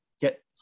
get